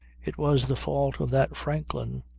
it was the fault of that franklin,